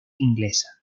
inglesa